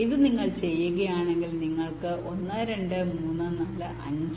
അതിനാൽ നിങ്ങൾ ഇത് ചെയ്യുകയാണെങ്കിൽ നിങ്ങൾക്ക് 1 2 3 4 5